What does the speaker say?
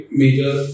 major